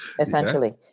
essentially